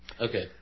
Okay